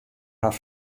har